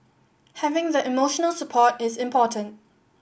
having the emotional support is important